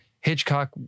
Hitchcock